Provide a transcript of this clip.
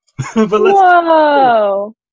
Whoa